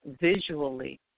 visually